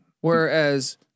Whereas